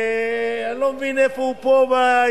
ואני לא מבין איפה הוא פה,